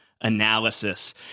analysis